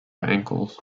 ankles